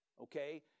Okay